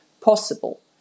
possible